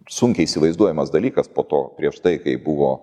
sunkiai įsivaizduojamas dalykas po to prieš tai kai buvo